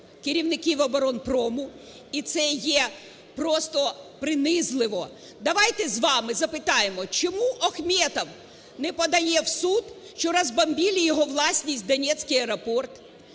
керівників оборонпрому, і це є просто принизливо. Давайте з вами запитаємо, чому Ахметов не подає в суд, що розбомбили його власність – Донецький аеропорт.